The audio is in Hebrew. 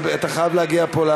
אבל אתה חייב להגיע הנה,